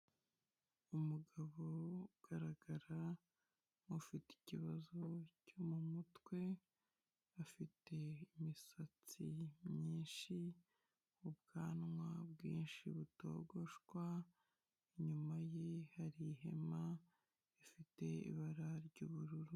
Umugabo ugaragara nkufite ikibazo cyo mu mutwe afite imisatsi myinshi, ubwanwa bwinshi butogoshwa, inyuma ye hari ihema rifite ibara ry'ubururu.